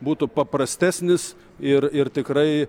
būtų paprastesnis ir ir tikrai